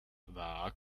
war